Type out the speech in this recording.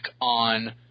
on